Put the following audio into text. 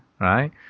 right